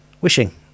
Wishing